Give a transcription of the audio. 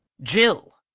jill!